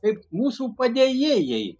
kaip mūsų padėjėjai